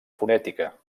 fonètica